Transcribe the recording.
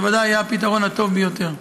זה ודאי היה הפתרון הטוב ביותר.